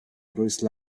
bruce